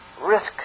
risk